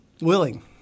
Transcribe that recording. willing